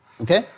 Okay